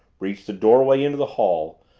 reached the doorway into the hall,